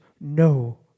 no